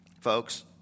folks